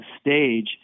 stage